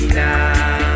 now